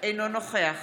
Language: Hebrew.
אינו נוכח